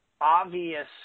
obvious